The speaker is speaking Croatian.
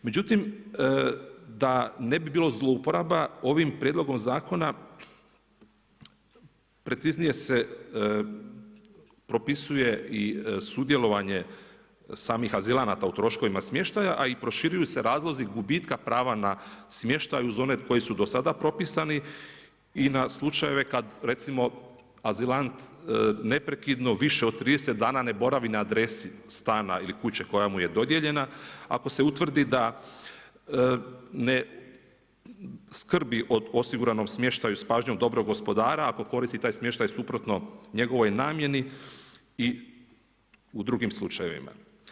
Međutim, da ne bi bilo zlouporaba, ovim prijedlogom zakona, preciznije se propisuje i sudjelovanje i samih azilanata u troškovima smještaja a i proširuju se razlozi gubitka prava na smještaj uz one koji su do sada propisani i na slučajeve kad recimo, azilant neprekidno više od 30 dana ne boravi na adresi stana ili kuće koja mu je dodijeljena ako se utvrdi da ne skrbi o osiguranom smještaju s pažnjom dobrog gospodara, ako koristi taj smještaj suprotno njegovoj namjeni i u drugim slučajevima.